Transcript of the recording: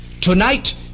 Tonight